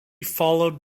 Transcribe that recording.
followed